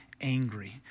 angry